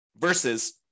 Versus